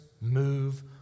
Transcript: move